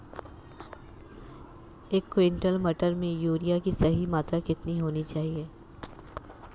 एक क्विंटल मटर में यूरिया की सही मात्रा कितनी होनी चाहिए?